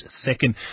second